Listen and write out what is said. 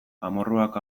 amorruak